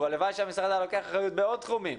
הלוואי שהמשרד היה לוקח אחריות בעוד תחומים,